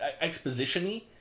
exposition-y